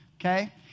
okay